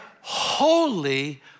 holy